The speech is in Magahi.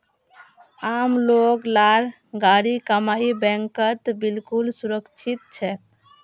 आम लोग लार गाढ़ी कमाई बैंकत बिल्कुल सुरक्षित छेक